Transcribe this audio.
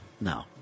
No